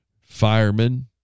firemen